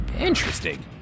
interesting